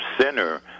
center